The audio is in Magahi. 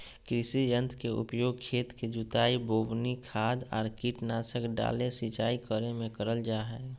कृषि यंत्र के उपयोग खेत के जुताई, बोवनी, खाद आर कीटनाशक डालय, सिंचाई करे मे करल जा हई